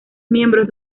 miembros